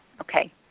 Okay